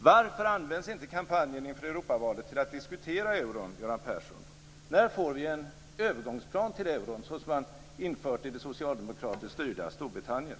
Varför används inte kampanjen inför Europavalet till att diskutera euron, Göran Persson? När får vi en övergångsplan för euron såsom den man infört i det socialdemokratiskt styrda Storbritannien?